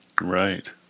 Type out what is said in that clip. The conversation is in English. Right